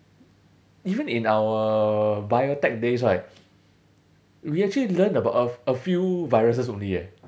even in our biotech days right we actually learned about a a few viruses only eh